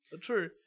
True